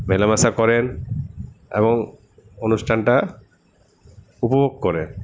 মেলামেশা করেন এবং অনুষ্ঠানটা উপভোগ করেন